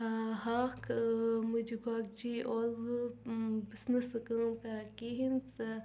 ٲں ہاکھ ٲں مُجہِ گۄگجہٕ ٲلوٕ بہٕ چھس نہٕ سۄ کٲم کران کہیٖنۍ سۄ